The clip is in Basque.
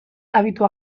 abitua